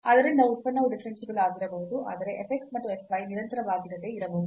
ಆದ್ದರಿಂದ ಉತ್ಪನ್ನವು ಡಿಫರೆನ್ಸಿಬಲ್ ಆಗಿರಬಹುದು ಆದರೆ f x ಮತ್ತು f y ನಿರಂತರವಾಗಿರದೆ ಇರಬಹುದು